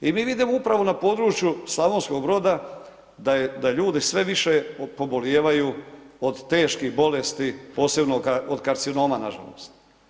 I mi vidimo upravo na području Slavonskog Broda da ljudi sve više pobolijevaju od teških bolesti posebno od karcinoma, nažalost.